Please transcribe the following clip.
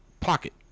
pocket